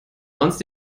sonst